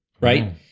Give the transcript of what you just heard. right